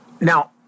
Now